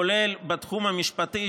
כולל בתחום המשפטי,